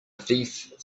thief